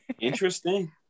Interesting